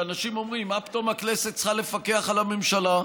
שאנשים אומרים: מה פתאום הכנסת צריכה לפקח על הממשלה?